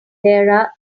there